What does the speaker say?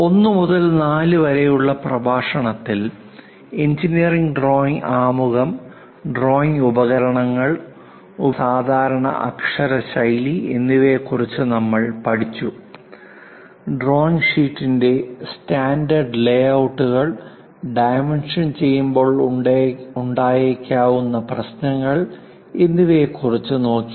1 മുതൽ 4 വരെയുള്ള പ്രഭാഷണത്തിൽ എഞ്ചിനീയറിംഗ് ഡ്രോയിംഗ് ആമുഖം ഡ്രോയിംഗ് ഉപകരണങ്ങൾ ഉപയോഗിക്കേണ്ട സാധാരണ അക്ഷര ശൈലി എന്നിവയെക്കുറിച്ച് നമ്മൾ പഠിച്ചു ഡ്രോയിംഗ് ഷീറ്റിന്റെ സ്റ്റാൻഡേർഡ് ലേയൌട്ടുകൾ ഡൈമെൻഷൻ ചെയ്യുമ്പോൾ ഉണ്ടായേക്കാവുന്ന പ്രശ്നങ്ങൾ എന്നിവയെ കുറിച്ച് നോക്കി